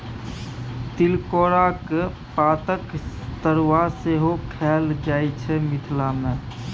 तिलकोराक पातक तरुआ सेहो खएल जाइ छै मिथिला मे